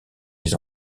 les